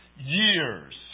years